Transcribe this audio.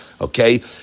Okay